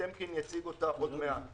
טמקין יציג אותה עוד מעט.